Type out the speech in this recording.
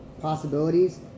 possibilities